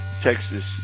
Texas